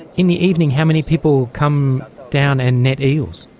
in the evening how many people come down and net eels?